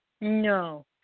No